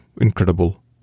incredible